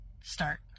start